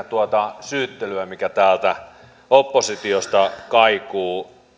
tuota syyttelyä mikä täältä oppositiosta kaikuu